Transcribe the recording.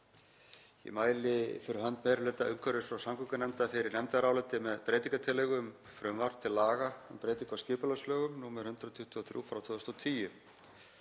Ég mæli fyrir hönd meiri hluta umhverfis- og samgöngunefndar fyrir nefndaráliti með breytingartillögu um frumvarp til laga um breytingu á skipulagslögum, nr. 123/2010.